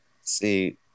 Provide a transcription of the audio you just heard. See